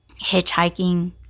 hitchhiking